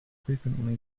frequently